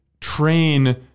train